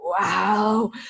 wow